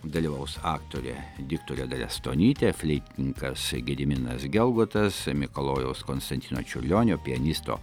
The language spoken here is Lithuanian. dalyvaus aktorė diktorė dalia stonytė fleitininkas gediminas gelgotas mikalojaus konstantino čiurlionio pianisto